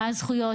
מה הזכויות,